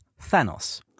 Thanos